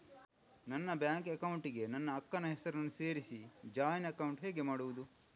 ನನ್ನ bank account ಗೆ ನನ್ನ ಅಕ್ಕ ನ ಹೆಸರನ್ನ ಸೇರಿಸಿ ಜಾಯಿನ್ ಅಕೌಂಟ್ ಹೇಗೆ ಮಾಡುದು?